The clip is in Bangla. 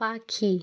পাখি